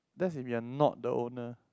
that's if you're not the owner